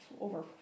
over